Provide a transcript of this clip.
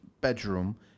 bedroom